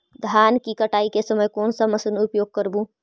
धान की कटाई के समय कोन सा मशीन उपयोग करबू?